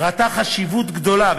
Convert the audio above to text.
ראתה חשיבות גדולה,